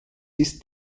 ist